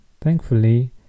Thankfully